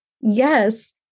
yes